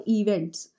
events